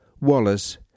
Wallace